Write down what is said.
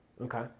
Okay